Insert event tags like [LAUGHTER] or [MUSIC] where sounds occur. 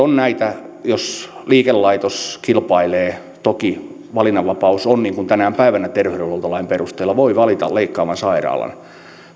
[UNINTELLIGIBLE] on näitä jos liikelaitos kilpailee toki valinnanvapaus on niin kuin tänä päivänä terveydenhuoltolain perusteella voi valita leikkaavan sairaalan